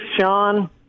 Sean